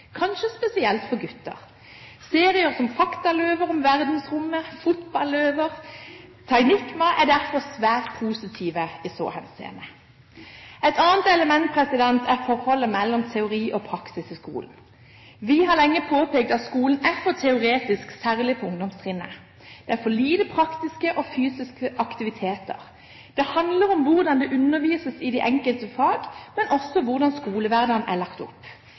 kanskje spesielt for gutter. Serier som Faktaløve, om bl.a. verdensrommet og fotball, og Taynikma er derfor svært positive i så henseende. Et annet element er forholdet mellom teori og praksis i skolen. Vi har lenge påpekt at skolen er for teoretisk, særlig på ungdomstrinnet. Det er for lite praktiske og fysiske aktiviteter. Det handler om hvordan det undervises i de enkelte fag, men også om hvordan skolehverdagen er lagt opp.